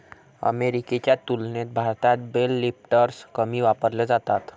अमेरिकेच्या तुलनेत भारतात बेल लिफ्टर्स कमी वापरले जातात